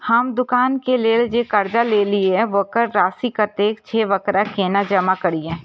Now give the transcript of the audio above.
हम दुकान के लेल जे कर्जा लेलिए वकर राशि कतेक छे वकरा केना जमा करिए?